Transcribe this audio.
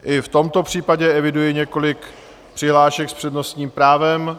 I v tomto případě eviduji několik přihlášek s přednostním právem.